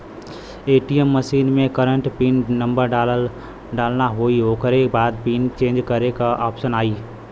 ATM machine में current pin number डालना होई ओकरे बाद पिन चेंज करे क ऑप्शन आई